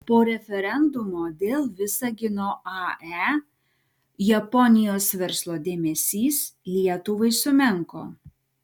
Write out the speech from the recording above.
po referendumo dėl visagino ae japonijos verslo dėmesys lietuvai sumenko